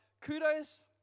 kudos